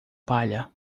palha